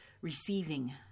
receiving